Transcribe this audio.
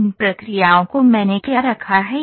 तो इन प्रक्रियाओं को मैंने क्या रखा है